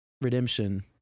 redemption